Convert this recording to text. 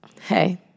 hey